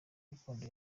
gakondo